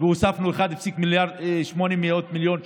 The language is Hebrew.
והוספנו 1.8 מיליארד שקל